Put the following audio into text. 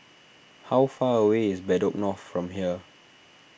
how far away is Bedok North from here